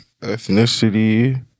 Ethnicity